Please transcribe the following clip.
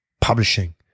Publishing